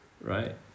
right